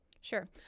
Sure